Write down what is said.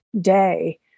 day